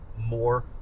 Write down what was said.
more